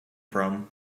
from